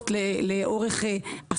זאת רפורמה שאין בה כל היגיון.